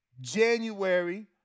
January